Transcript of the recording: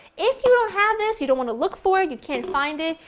if you don't have this, you don't want to look for it, you can't find it,